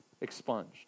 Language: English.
expunged